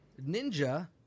Ninja